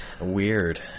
Weird